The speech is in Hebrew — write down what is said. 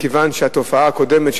מכיוון שהתופעה הקודמת,